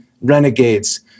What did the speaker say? renegades